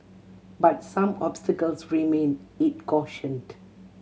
but some obstacles remain it cautioned